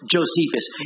Josephus